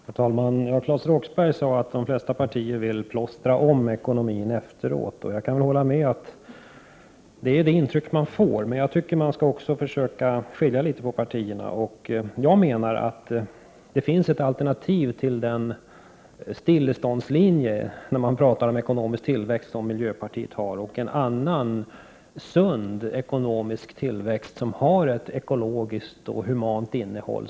Herr talman! Claes Roxbergh sade att de flesta partier vill plåstra om ekonomin efteråt. Jag kan hålla med om att det är det intryck man får, men jag tycker man också skall försöka skilja på partierna. Jag menar att det finns ett alternativ till den stilleståndslinje i fråga om ekonomisk tillväxt som miljöpartiet har och en annan möjlig, sund ekonomisk tillväxt, som har ett ekologiskt och humant innehåll.